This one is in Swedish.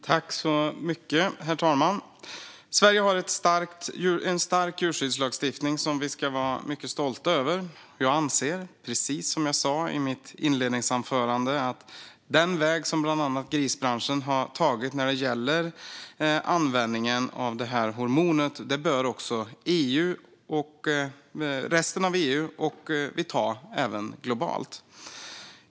Herr talman! Sverige har en stark djurskyddslagstiftning som vi ska vara mycket stolta över. Jag anser, precis som jag sa i mitt svar, att den väg som bland annat grisbranschen har tagit när det gäller användningen av detta hormon bör man också ta i resten av EU och globalt.